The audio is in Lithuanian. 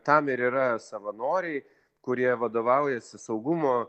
tam ir yra savanoriai kurie vadovaujasi saugumo